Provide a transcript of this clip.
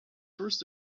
first